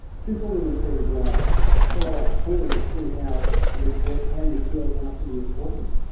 simple little things like a follow-up call to see how the appoint how are you feeling after the appointment.